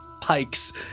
pikes